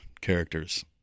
characters